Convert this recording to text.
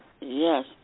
Yes